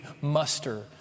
muster